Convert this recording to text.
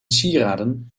sieraden